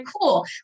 cool